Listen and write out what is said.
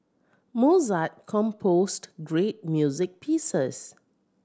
Mozart composed great music pieces